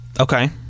Okay